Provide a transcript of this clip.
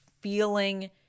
feeling